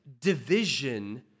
division